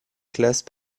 classe